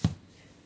ya